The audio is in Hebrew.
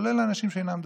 כולל האנשים שאינם דתיים,